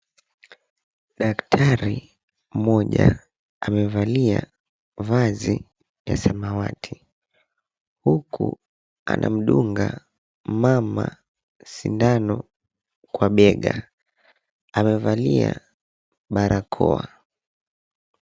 Daktari mmoja amevalia vazi ya samawati huku anamduga mama sindano kwa bega amevalia barakoa.